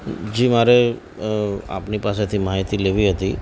જી મારે આપની પાસેથી માહિતી લેવી હતી